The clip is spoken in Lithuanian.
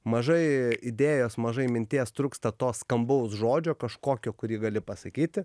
mažai idėjos mažai minties trūksta to skambaus žodžio kažkokio kurį gali pasakyti